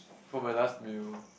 for my last meal